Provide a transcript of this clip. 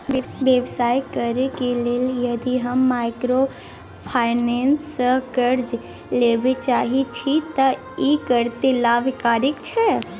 व्यवसाय करे के लेल यदि हम माइक्रोफाइनेंस स कर्ज लेबे चाहे छिये त इ कत्ते लाभकारी छै?